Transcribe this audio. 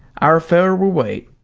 our affair will wait.